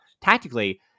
tactically